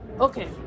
okay